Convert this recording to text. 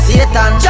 Satan